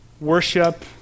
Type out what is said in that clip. worship